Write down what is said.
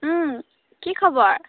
কি খবৰ